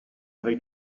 avec